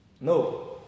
No